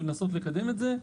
ולנסות לקדם את זה.